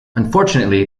unfortunately